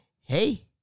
Hey